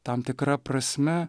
tam tikra prasme